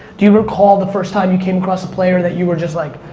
do you recall the first time you came across a player that you were just like,